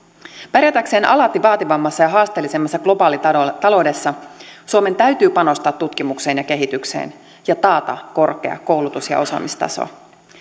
pärjätäkseen alati vaativammassa ja haasteellisemmassa globaalitaloudessa suomen täytyy panostaa tutkimukseen ja kehitykseen ja taata korkea koulutus ja osaamistaso